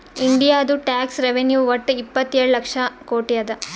ಇಂಡಿಯಾದು tax revenue ವಟ್ಟ ಇಪ್ಪತ್ತೇಳು ಲಕ್ಷ ಕೋಟಿ ಅದಾ